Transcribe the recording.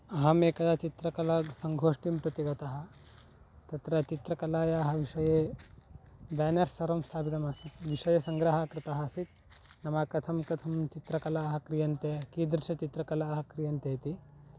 अहम् एकदा चित्रकला संगोष्ठीं प्रति गतः तत्र चित्रकलायाः विषये बेनर्स् सर्वं स्थापितमासीत् विषयसङ्ग्रहः कृतः आसीत् नाम कथं कथं चित्रकलाः क्रियन्ते कीदृशचित्रकलाः क्रियन्ते इति